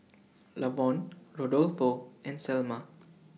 Lavonne Rodolfo and Selma